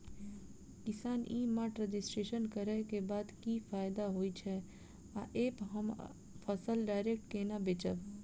किसान e mart registration करै केँ बाद की फायदा होइ छै आ ऐप हम फसल डायरेक्ट केना बेचब?